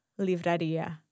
livraria